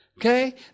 Okay